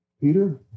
Peter